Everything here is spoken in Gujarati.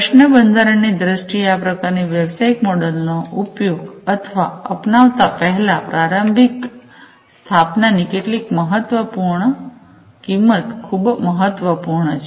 ખર્ચના બંધારણની દ્રષ્ટિએ આ પ્રકારની વ્યવસાયિક મોડેલનો ઉપયોગ અથવા અપનાવતા પહેલાં પ્રારંભિક સ્થાપનાની કેટલીક કિંમત ખૂબ મહતવ્પર્ણ છે